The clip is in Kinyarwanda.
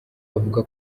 bavuga